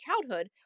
childhood